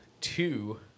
two